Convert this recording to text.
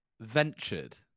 ventured